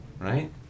Right